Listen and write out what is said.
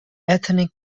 ethnic